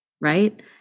right